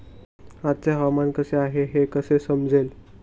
आजचे हवामान कसे आहे हे कसे समजेल?